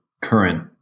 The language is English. current